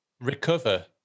recover